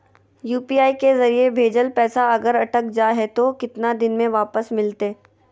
UPI के जरिए भजेल पैसा अगर अटक जा है तो कितना दिन में वापस मिलते?